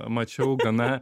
mačiau gana